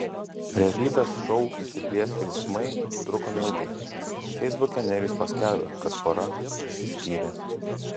realybės šou įsiplieskę jausmai truko neilgai feisbuke nerijus paskelbė kad pora išsiskyrė